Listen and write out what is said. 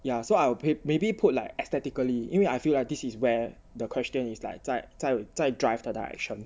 ya so I may~ maybe put like aesthetically 因为 I feel ah this is where the question is like 在在在 drive 的 direction